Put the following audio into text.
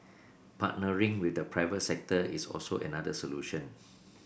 partnering with the private sector is also another solution